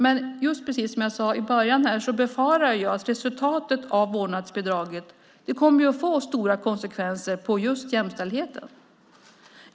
Men precis som jag sade i början befarar jag att vårdnadsbidraget kommer att få stora konsekvenser på just jämställdheten.